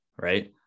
right